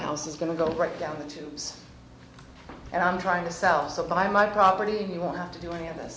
house is going to go right down the tubes and i'm trying to sell so by my property you won't have to do any of